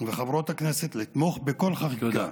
וחברות הכנסת לתמוך בכל חקיקה